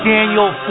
Daniel